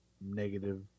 negative